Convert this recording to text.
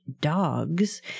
dogs